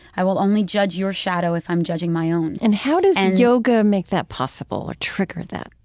i will only judge your shadow if i'm judging my own and how does and yoga make that possible or trigger that?